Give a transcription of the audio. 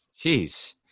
Jeez